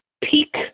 peak